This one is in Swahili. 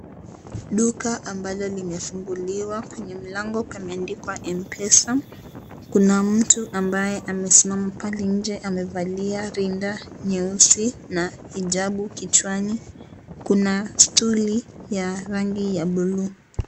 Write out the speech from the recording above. Duka ambalo limefunguliwa, kwenye mlango pameandikwa Mpesa. Kuna mtu ambaye amesimama pale nje. Amevalia rinda nyeusi, na hijabu kichwani, kuna stuli ya rangi ya bluu.